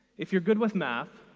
if you're good with math,